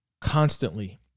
constantly